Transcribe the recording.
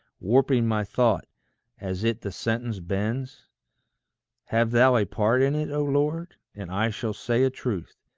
warping my thought as it the sentence bends have thou a part in it, o lord, and i shall say a truth,